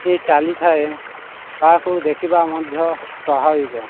ଏ ଚାଲିଥାଏ ତାହାକୁ ଦେଖିବା ମଧ୍ୟ ସ୍ୱଭାବିକ